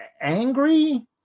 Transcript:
angry